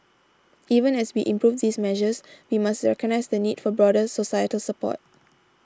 even as we improve these measures we must recognise the need for broader societal support